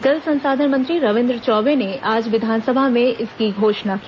जल संसाधन मंत्री रविन्द्र चौबे ने आज विधानसभा में इसकी घोषणा की